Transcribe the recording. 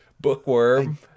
Bookworm